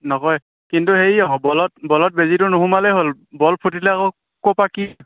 নকয়ে কিন্তু হেৰি আকৌ বলত বলত বেজীটো নুসোমালেই হ'ল বল ফুটিলে আকৌ ক'ৰপা কি